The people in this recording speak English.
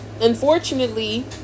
unfortunately